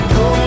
go